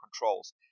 controls